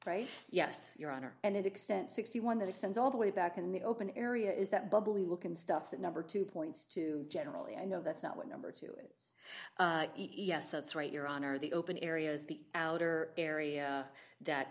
right yes your honor and it extends sixty one that extends all the way back in the open area is that bubbly looking stuff that number two points to generally i know that's not what number two is yes that's right your honor the open areas the outer area that